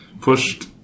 pushed